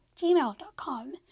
gmail.com